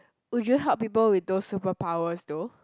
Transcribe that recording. would you help people with those superpowers though